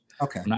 okay